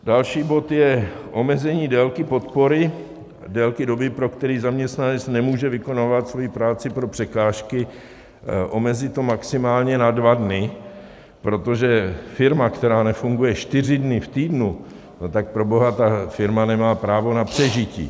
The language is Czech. Další bod je omezení délky podpory, délky doby, pro kterou zaměstnanec nemůže vykonávat svoji práci pro překážky, omezit to maximálně na dva dny, protože firma, která nefunguje čtyři dny v týdnu, no tak proboha, ta firma nemá právo na přežití.